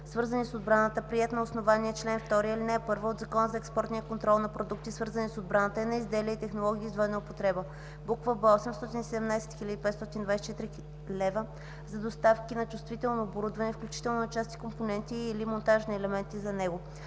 свързани с отбраната, приет на основание чл. 2, ал. 1 от Закона за експортния контрол на продукти, свързани с отбраната, и на изделия и технологии с двойна употреба; б) 817 524 лв. – за доставки на чувствително оборудване, включително на части, компоненти и/или монтажни елементи за него;